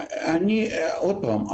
עוד פעם,